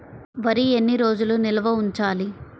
వరి ఎన్ని రోజులు నిల్వ ఉంచాలి?